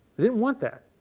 they didn't want that.